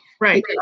right